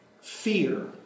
fear